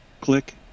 Click